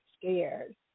scared